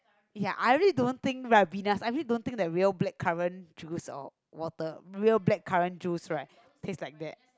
ya I really don't think Ribenas I realy don't think that real blackcurrant juice or water real blackcurrant juice right taste like that